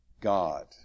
God